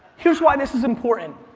here's why this is important.